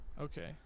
Okay